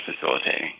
facilitating